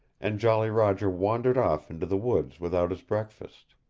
and jolly roger wandered off into the woods without his breakfast,